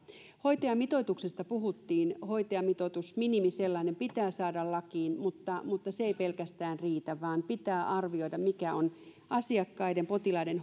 hoitajamitoituksesta puhuttiin hoitajamitoitus minimi sellainen pitää saada lakiin mutta mutta se ei pelkästään riitä vaan pitää arvioida mikä on asiakkaiden potilaiden